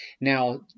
Now